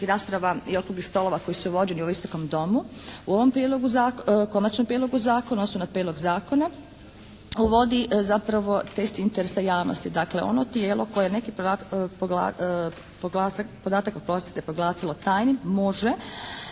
i okruglih stolova koji su vođeni u Visokom domu u ovom Konačnom prijedlogu zakona, odnosno na prijedlog zakona uvodi zapravo test interesa javnosti. Dakle, ono tijelo koje neki podatak proglasilo tajnim može